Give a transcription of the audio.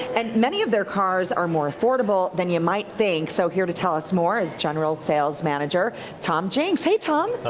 and many of their cars are more affordable than you might think. so here to tell us more is general sales manager tom jenks. hey, tom.